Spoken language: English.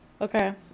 Okay